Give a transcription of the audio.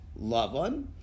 Lavan